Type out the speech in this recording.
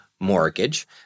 mortgage